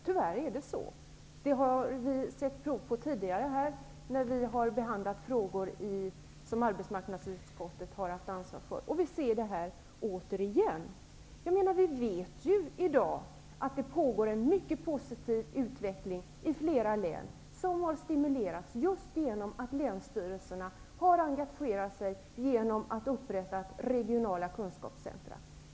Tyvärr är det så, och det har vi sett prov på tidigare, när frågor som arbetsmarknadsutskottet har haft ansvar för har behandlats. Nu ser vi återigen samma sak. Vi vet ju att det i dag pågår en mycket positiv utveckling i flera län som har stimulerats just genom att länsstyrelserna har engagerat sig och upprättat regionala kunskapscentrum.